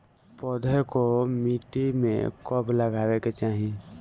पौधे को मिट्टी में कब लगावे के चाही?